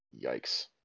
yikes